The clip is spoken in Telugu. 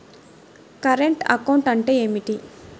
కరెంటు అకౌంట్ అంటే ఏమిటి?